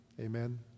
Amen